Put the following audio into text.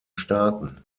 staaten